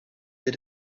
did